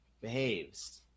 behaves